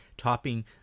topping